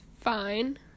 fine